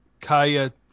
Kaya